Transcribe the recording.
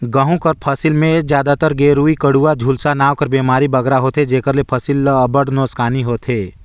गहूँ कर फसिल में जादातर गेरूई, कंडुवा, झुलसा नांव कर बेमारी बगरा होथे जेकर ले फसिल ल अब्बड़ नोसकानी होथे